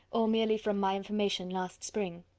or merely from my information last spring?